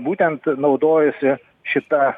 būtent naudojasi šita